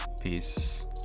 Peace